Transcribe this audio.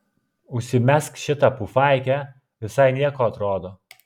užsimesk šitą pufaikę visai nieko atrodo